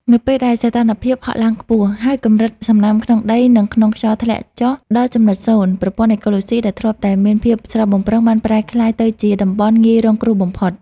នៅពេលដែលសីតុណ្ហភាពហក់ឡើងខ្ពស់ ហើយកម្រិតសំណើមក្នុងដី និងក្នុងខ្យល់ធ្លាក់ចុះដល់ចំណុចសូន្យ ប្រព័ន្ធអេកូឡូស៊ីដែលធ្លាប់តែមានភាពស្រស់បំព្រងបានប្រែក្លាយទៅជាតំបន់ងាយរងគ្រោះបំផុត។